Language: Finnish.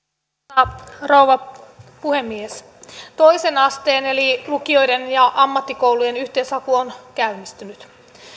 arvoisa rouva puhemies toisen asteen eli lukioiden ja ammattikoulujen yhteishaku on käynnistynyt